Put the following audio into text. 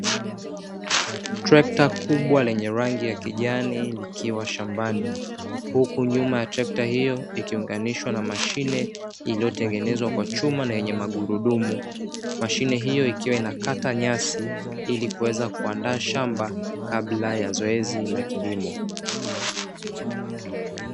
Trekta kubwa lenye rangi ya kijani likiwa shambani, huku nyuma ya trekta hiyo ikiunganishwa na mashine niliyotengenezwa kwa chuma na yenye magurudumu, mashine hiyo ikiwa inakata nyasi ili kuweza kuandaa shamba kabla ya zoezi la kilimo.